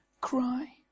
cry